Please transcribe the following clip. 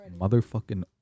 Motherfucking